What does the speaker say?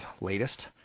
latest